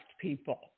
people